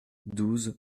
douze